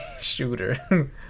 shooter